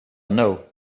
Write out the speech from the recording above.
know